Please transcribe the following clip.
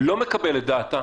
לא מקבל את דעתה,